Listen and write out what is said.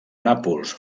nàpols